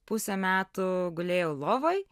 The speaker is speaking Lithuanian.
pusę metų gulėjau lovoj